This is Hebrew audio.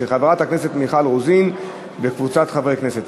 של חברת הכנסת מיכל רוזין וקבוצת חברי הכנסת.